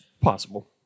Possible